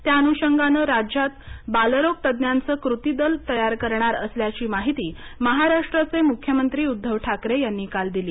त्या अनुषंगानं राज्यात बालरोग तज्ज्ञांचं कृती दल तयार करणार असल्याची माहिती महाराष्ट्राचे मुख्यमंत्री उद्धव ठाकरे यांनी काल दिली